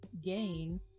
gain